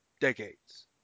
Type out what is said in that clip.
decades